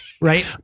Right